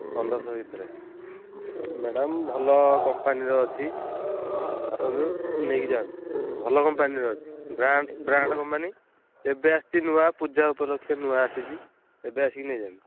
ପନ୍ଦରଶହ ଭିତରେ ମେଡ଼ମ୍ ଭଲ କମ୍ପାନୀର ଅଛି ଆସନ୍ତୁ ନେଇକି ଯାଆନ୍ତୁ ଭଲ କମ୍ପାନୀର ଅଛି ବ୍ରାଣ୍ଡ୍ ବ୍ରାଣ୍ଡ୍ କମ୍ପାନୀ ଏବେ ଆସିଛି ନୂଆ ପୂଜା ଉପଲକ୍ଷେ ନୂଆ ଆସିଛି ଏବେ ଆସିକି ନେଇଯାଆନ୍ତୁ